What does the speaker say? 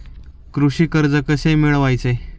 कृषी कर्ज कसे मिळवायचे?